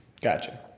Gotcha